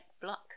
block